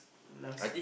last